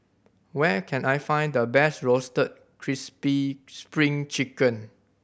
where can I find the best Roasted Crispy Spring Chicken